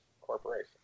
corporation